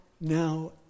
now